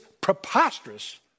preposterous